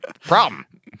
Problem